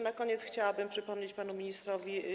Na koniec chciałabym przypomnieć panu ministrowi.